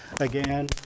Again